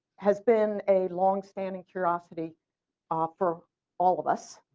has been a long standing curiosity ah for all of us.